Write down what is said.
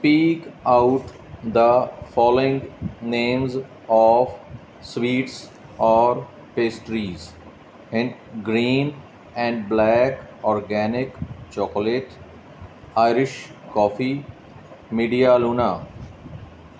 speak out the following names of sweets or pastries hint green and black organic chocolate Irish coffee media Luna